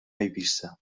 eivissa